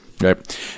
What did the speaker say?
Right